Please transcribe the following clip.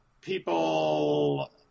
People